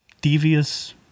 devious